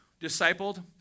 discipled